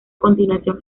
continuación